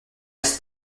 est